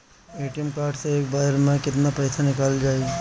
ATM card से एक बेर मे केतना पईसा निकल जाई?